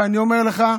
ואני אומר לך: